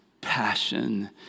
passion